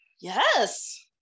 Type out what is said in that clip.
yes